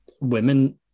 women